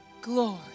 glory